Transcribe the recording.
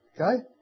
Okay